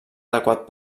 adequat